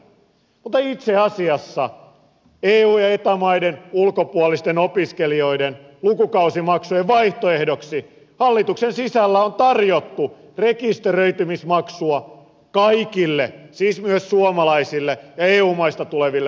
mutta itse asiassa eu ja eta maiden ulkopuolisten opiskelijoiden lukukausimaksujen vaihtoehdoksi hallituksen sisällä on tarjottu rekisteröitymismaksua kaikille siis myös suomalaisille ja eu maista tuleville opiskelijoille